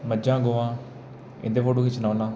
मंझां गवां इं'दे फोटो खिच्चना होन्ना